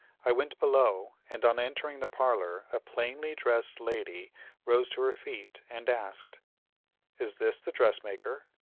i went below, and on entering the parlor, a plainly dressed lady rose to her feet, and asked is this the dressmaker?